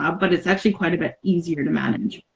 um but it's actually quite a bit easier to manage.